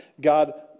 God